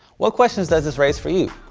what questions does this raise for you?